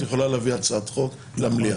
יכולה להביא הצעת חוק למליאה,